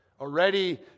already